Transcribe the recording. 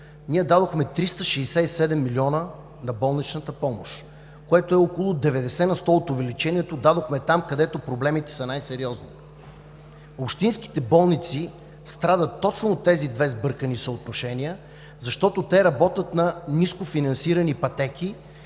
ние дадохме 367 милиона на болничната помощ, което е около 90 на сто от увеличението. Дадохме ги там, където проблемите са най-сериозни. Общинските болници страдат точно от тези две сбъркани съотношения, защото те работят на нискофинансирани пътеки